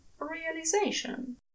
realization